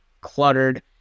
cluttered